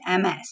MS